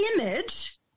Image